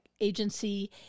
agency